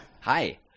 Hi